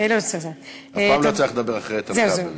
(הודעה על סיום עסקה לתקופה קצובה),